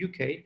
UK